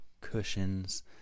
cushions